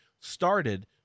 started